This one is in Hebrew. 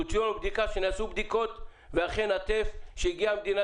תוציאו תשובה שנעשו בדיקות ואכן הטף שהגיע למדינה